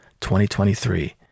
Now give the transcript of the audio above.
2023